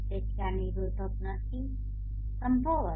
તેથી આ નિરોધક નથી સંભવત